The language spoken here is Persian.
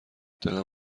دلم